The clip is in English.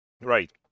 Right